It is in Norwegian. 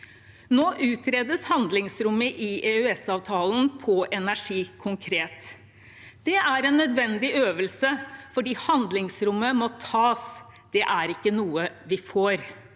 Nå utredes handlingsrommet i EØS-avtalen på energi konkret. Det er en nødvendig øvelse fordi handlingsrommet må tas, det er ikke noe vi får.